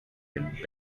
felt